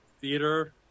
Theater